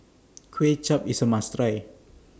Kuay Chap IS A must Try